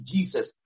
Jesus